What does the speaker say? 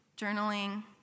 journaling